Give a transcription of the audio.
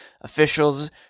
officials